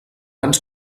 ens